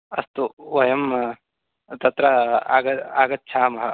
अस्तु वयं तत्र आग आगच्छामः